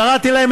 קראתי להם,